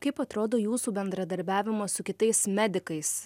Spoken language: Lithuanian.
kaip atrodo jūsų bendradarbiavimas su kitais medikais